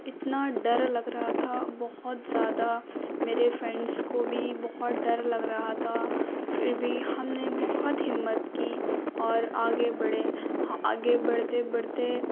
اتنا ڈر لگ رہا تھا بہت زیادہ میرے فرینڈس کو بھی بہت ڈر لگ رہا تھا پھر بھی ہم نے بہت ہمت کی اور آگے بڑھے آگے بڑھتے بڑھتے